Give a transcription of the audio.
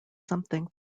something